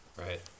right